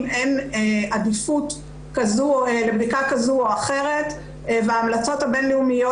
אין עדיפות לבדיקה כזו או אחרת וההמלצות הבין לאומיות